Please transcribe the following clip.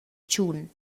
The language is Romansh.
tschun